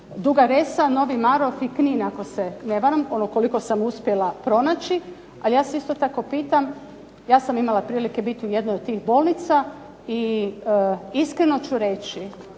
Duga Resa, Novi Marof i Knin ako se ne varam, ono koliko sam uspjela pronaći. Ali ja se isto tako pitam, ja sam imala prilike biti u jednoj od tih bolnica i iskreno ću reći